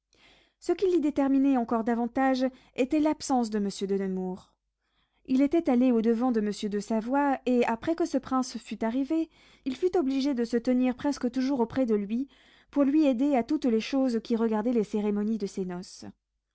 ce qui l'y déterminait encore davantage était l'absence de monsieur de nemours il était allé au-devant de monsieur de savoie et après que ce prince fut arrivé il fut obligé de se tenir presque toujours auprès de lui pour lui aider à toutes les choses qui regardaient les cérémonies de ses noces